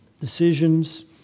decisions